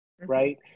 right